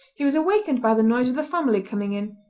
he was awakened by the noise of the family coming in,